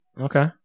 okay